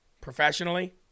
professionally